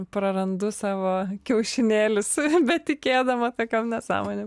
prarandu savo kiaušinėlius betikėdama tokiom nesąmonėm